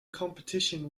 competition